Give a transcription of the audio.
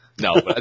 No